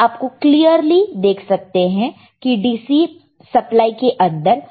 आप क्लीयरली देख सकते हैं कि DC सप्लाई के अंदर क्या है